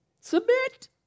Submit